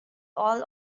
all